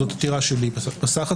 זאת עתירה שלי בסך הכול.